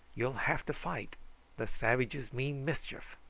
you'll have to fight the savages mean mischief.